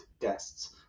guests